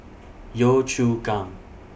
Yio Chu Kang